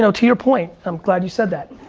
so to your point, i'm glad you said that,